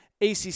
ACC